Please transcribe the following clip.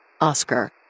Oscar